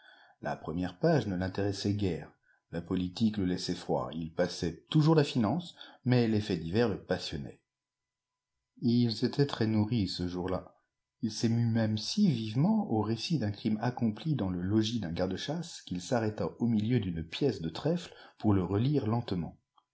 la première page ne l'intéressait guère la politique le laissait froid il passait toujours la finance mais les faits divers le passionnaient ils étaient très nourris ce jour-là ii s'émut même si vivement au récit d'un crime accompli dans le logis d'un garde-chasse qu'il s'arrêta au milieu d'une pièce de trèfle pour le relire lentement